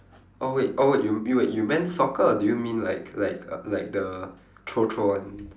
oh wait oh wait you w~ you w~ you meant soccer or do you mean like like uh like the throw throw one